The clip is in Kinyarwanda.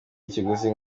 ikiguzi